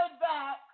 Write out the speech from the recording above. back